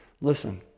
Listen